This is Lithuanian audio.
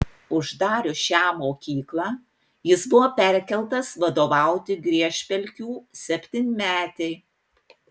uždarius šią mokyklą jis buvo perkeltas vadovauti griežpelkių septynmetei